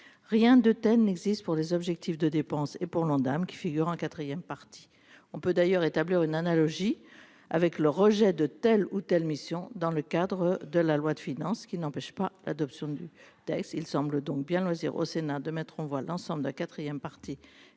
rien de tel n'existe pour les objectifs de dépenses et pour la dame qui figure en 4ème partie, on peut d'ailleurs établir une analogie avec le rejet de telle ou telle mission dans le cadre de la loi de finances, qui n'empêche pas l'adoption du texte, il semble donc bien au Sénat de mettre, on voit l'ensemble de la 4ème partie